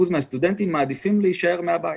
מהסטודנטים מעדיפים להישאר וללמוד מהבית.